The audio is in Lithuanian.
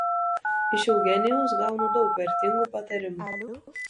iš eugenijaus gaunu daug vertingų patarimų